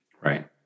Right